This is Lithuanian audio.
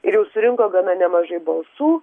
ir jau surinko gana nemažai balsų